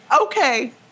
Okay